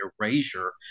erasure